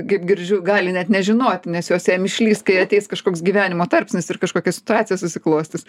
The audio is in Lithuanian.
kaip girdžiu gali net nežinoti nes jos jam išlįs kai ateis kažkoks gyvenimo tarpsnis ir kažkokia situacija susiklostys